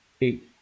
Eight